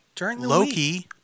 Loki